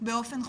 באופן חוקי.